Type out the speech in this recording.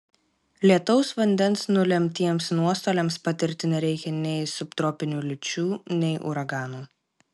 lietaus vandens nulemtiems nuostoliams patirti nereikia nei subtropinių liūčių nei uraganų